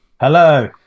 hello